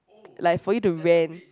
like for you to rent